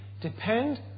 Depend